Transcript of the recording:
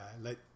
let